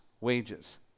wages